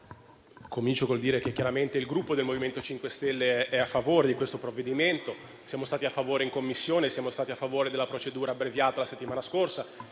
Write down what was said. comincio col dire che chiaramente il Gruppo del MoVimento 5 Stelle è a favore di questo provvedimento, lo è stato in Commissione, è stato a favore della procedura abbreviata la settimana scorsa